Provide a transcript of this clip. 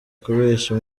kubeshya